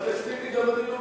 חבר הכנסת טיבי, גם